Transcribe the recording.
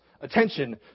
attention